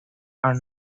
are